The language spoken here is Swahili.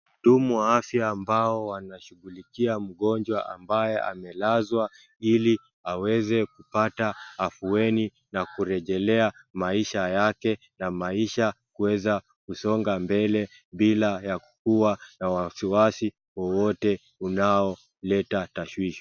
Wahudumu wa afya ambao wanashughulikia mgonjwa ambaye amelazwa ili aweze kupata afueni na kurejelea maisha yake na maisha kuweza kusonga mbele bila ya kuwa na wasiwasi wowote unaoleta tashwishwi.